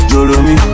Jolomi